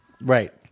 Right